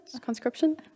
Conscription